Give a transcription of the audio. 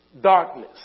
darkness